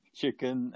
chicken